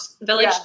Village